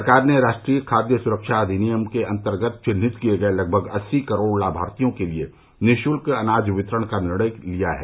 सरकार ने राष्ट्रीय खाद्य सुरक्षा अधिनियम के अन्तर्गत चिन्हित किए गए लगभग अस्सी करोड़ लाभार्थियों के लिए निःशुल्क अनाज वितरण का निर्णय लिया है